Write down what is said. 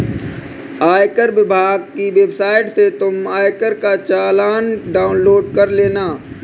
आयकर विभाग की वेबसाइट से तुम आयकर का चालान डाउनलोड कर लेना